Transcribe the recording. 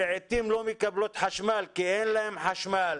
לעיתים לא מקבלים חשמל כי אין להם חשמל,